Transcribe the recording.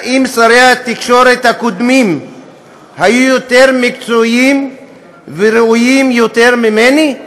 האם שרי התקשורת הקודמים היו יותר מקצועיים וראויים יותר ממני?